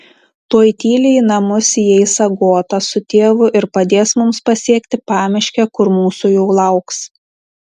tuoj tyliai į namus įeis agota su tėvu ir padės mums pasiekti pamiškę kur mūsų jau lauks